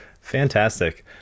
Fantastic